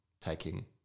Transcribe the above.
taking